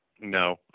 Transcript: No